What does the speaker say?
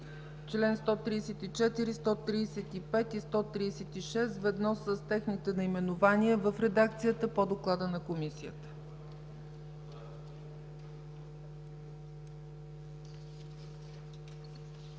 чл. 135 и чл. 136 ведно с техните наименования в редакцията по доклада на Комисията. Гласували